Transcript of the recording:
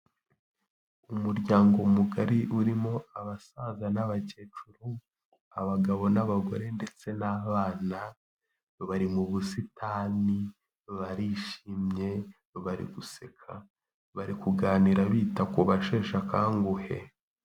Umuryango mugari urimo abasaza n'abakecuru, abagabo n'abagore ndetse n'abana, bari mu busitani barishimye, bari guseka, bari kuganira bita ku basheshe akanguhe.